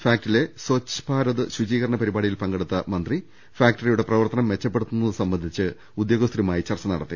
ഫാക്ടിലെ സ്വഛ് ഭാരത് ശുചീകരണ പരിപാടിയിൽ പങ്കെടുത്ത മന്ത്രി ഫാക്ടറിയുടെ പ്രവർത്തനം മെച്ചപ്പെടുത്തുന്ന തു സംബന്ധിച്ച് ഉദ്യോഗസ്ഥരുമായി ചർച്ച നടത്തി